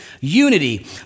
unity